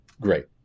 Great